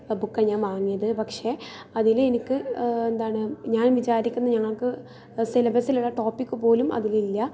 ബുക്കാണ് ഞാൻ വാങ്ങിയത് പക്ഷെ അതിൽ എനിക്ക് എന്താണ് ഞാൻ വിചാരിക്കുന്ന ഞങ്ങൾക്ക് സിലബസിലുള്ള ടോപ്പിക്ക് പോലും അതിൽ ഇല്ല